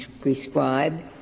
prescribe